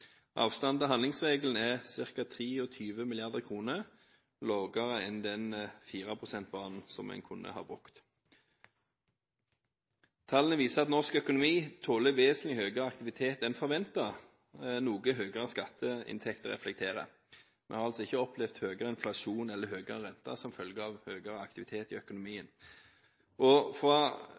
til handlingsregelen er ca. 23 mrd. kr lavere enn den 4 pst.-banen som en kunne ha brukt. Tallene viser at norsk økonomi tåler vesentlig høyere aktivitet enn forventet, noe høyere skatteinntekter reflekterer. Vi har altså ikke opplevd høyere inflasjon eller høyere rente som følge av høyere aktivitet i økonomien.